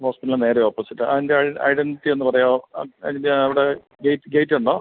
ഹോസ്പിറ്റലിനു നേരെ ഓപ്പസിറ്റ് അതിൻ്റെ ഐഡൻറ്റിറ്റി ഒന്ന് പറയാമോ ആ അതിൻ്റെ അവിടെ ഗേറ്റ് ഗേറ്റുണ്ടോ